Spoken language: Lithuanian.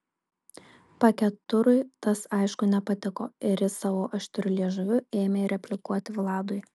paketurui tas aišku nepatiko ir jis savo aštriu liežuviu ėmė replikuoti vladui